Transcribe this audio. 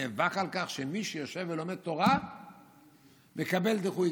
נאבק על כך שמי שיושב ולומד תורה מקבל דיחוי.